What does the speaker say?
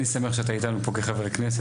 אני שמח שאתה איתנו פה כחבר כנסת,